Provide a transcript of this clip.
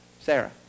Sarah